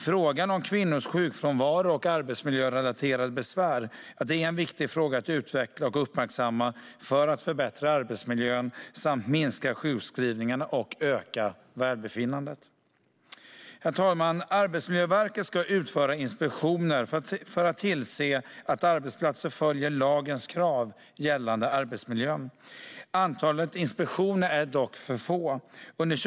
Frågan om kvinnors sjukfrånvaro och arbetsmiljörelaterade besvär är viktig att utveckla och uppmärksamma för att förbättra arbetsmiljön samt minska sjukskrivningarna och öka välbefinnandet. Herr talman! Arbetsmiljöverket ska utföra inspektioner för att tillse att arbetsplatser följer lagens krav gällande arbetsmiljö. Antalet inspektioner är dock för litet.